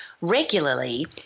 regularly